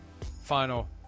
final